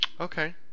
Okay